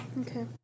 okay